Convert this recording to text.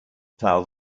plough